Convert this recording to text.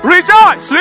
Rejoice